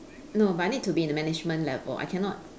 no but I need to be in the management level I cannot